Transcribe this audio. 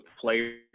players